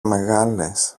μεγάλες